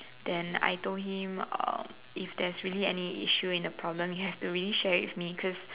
then I told him um if there's really any issue in the problem he has to really share with me because